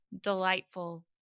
delightful